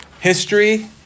history